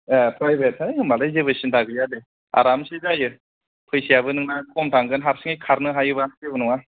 ऐ प्रायभेट है होनबालाय जेबो सिन्था गैया दे आरामसे जायो फैसायाबो नोंना खम थांगोन हारसिङै खारनो हायोबा जेबो नङा